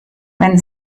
wenn